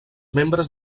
membres